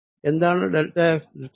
എന്താണ് delta x delta y